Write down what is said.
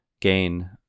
gain